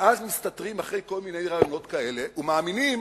ואז מסתתרים מאחורי כל מיני רעיונות כאלה ומאמינים